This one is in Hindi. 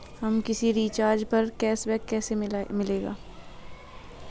हमें किसी रिचार्ज पर कैशबैक कैसे मिलेगा?